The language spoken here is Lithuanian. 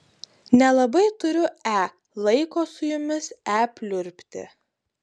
nelabai turiu e laiko su jumis e pliurpti